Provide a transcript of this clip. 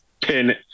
pin